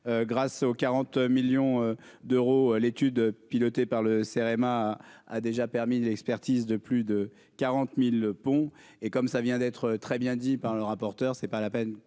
Grâce aux 40 millions d'euros, l'étude pilotée par le CEREMA a déjà permis l'expertise de plus de 40000 ponts et comme ça vient d'être très bien dit par le rapporteur, c'est pas la peine